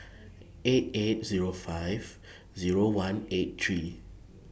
eight eight Zero five Zero one eight three